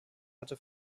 hatte